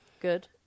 Good